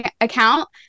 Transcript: account